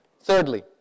Thirdly